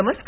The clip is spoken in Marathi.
नमस्कार